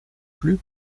plus